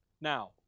Now